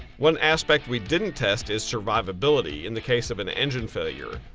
one aspect we didn't test is survivability in the case of an engine failure.